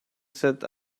set